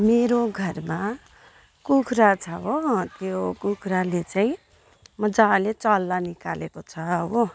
मेरो घरमा कुखुरा छ हो त्यो कुखुराले चाहिँ मजाले चल्ला निकालेको छ हो